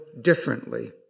differently